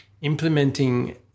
implementing